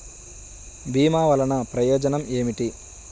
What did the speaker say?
భీమ వల్లన ప్రయోజనం ఏమిటి?